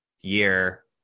year